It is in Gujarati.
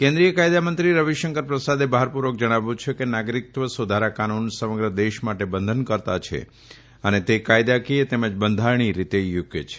કેન્દ્રીય કાયદા મંત્રી રવિશંકર પ્રસાદે ભારપૂર્વક જણાવ્યું છે કે નાગરિકત્વ સુધારા કાનુન સમગ્ર દેશ માટે બંધનકર્તા છે અને તે કાયદાકીય તેમજ બંધારણીય રીતે યોગ્ય છે